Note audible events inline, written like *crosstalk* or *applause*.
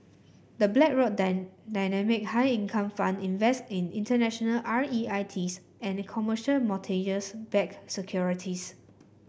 the Blackrock *unintelligible* Dynamic High Income Fund invest in international R E I Ts and commercial mortgage backed securities